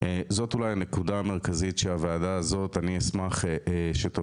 אולי הנקודה המרכזית שאני אשמח שהוועדה הזאת תוביל,